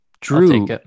Drew